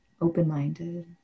open-minded